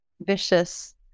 vicious